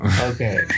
Okay